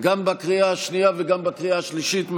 גם בקריאה השנייה וגם בקריאה השלישית,